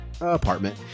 Apartment